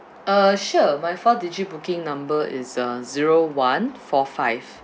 uh sure my four digit booking number is uh zero one four five